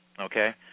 Okay